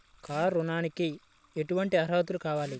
Car ఋణంకి ఎటువంటి అర్హతలు కావాలి?